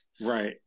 Right